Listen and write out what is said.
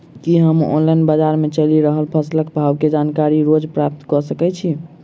की हम ऑनलाइन, बजार मे चलि रहल फसलक भाव केँ जानकारी रोज प्राप्त कऽ सकैत छी?